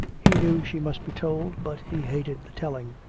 he knew she must be told, but he hated the telling.